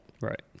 Right